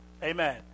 Amen